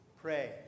pray